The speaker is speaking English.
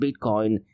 bitcoin